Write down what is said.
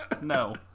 No